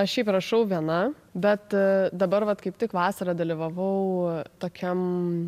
aš šiaip rašau viena bet dabar vat kaip tik vasarą dalyvavau tokiam